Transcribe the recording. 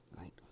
right